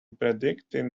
predicting